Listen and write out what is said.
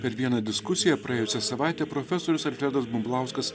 per vieną diskusiją praėjusią savaitę profesorius alfredas bumblauskas